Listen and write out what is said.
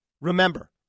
Remember